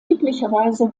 üblicherweise